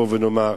בוא נאמר,